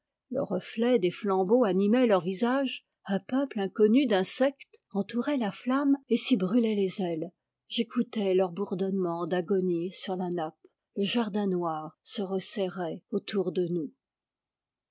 le reflet des flambeaux animait leur visage un peuple inconnu d'insectes entourait la flamme et s'y brûlait les ailes j'écoutais leur bourdonnement d'agonie sur la nappe le jardin noir se resserrait autour de nous